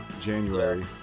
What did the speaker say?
January